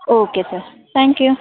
okay sir thank you